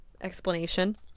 explanation